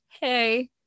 hey